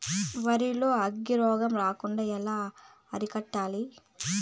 వరి లో అగ్గి రోగం రాకుండా ఎలా అరికట్టాలి?